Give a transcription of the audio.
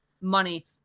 money